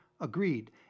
agreed